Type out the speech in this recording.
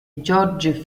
georg